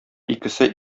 икесе